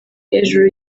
hejuru